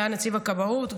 שהיה נציב הכבאות,